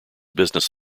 business